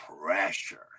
pressure